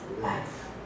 life